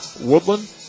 Woodland